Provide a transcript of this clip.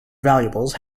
valuables